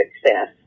success